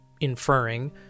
inferring